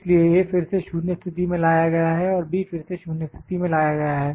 इसलिए A फिर से 0 स्थिति में लाया गया है और B फिर से 0 स्थिति में लाया गया है